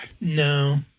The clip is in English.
No